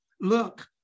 Look